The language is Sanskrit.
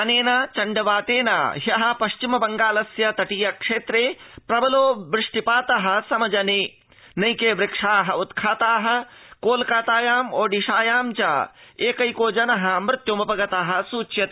अनेन चण्ड वातेन हय पश्चिम बंगालस्य तटीयक्षेत्रे प्रबलो वृष्टिपात साक्षात्कृत नैके वृक्षा उत्खाता कोलकातायाम् ओडिशायां च ऐकैको जन मृत्युमुपगत सूच्यते